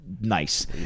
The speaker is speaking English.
nice